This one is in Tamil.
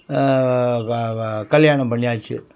கல்யாணம் பண்ணியாச்சு